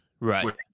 Right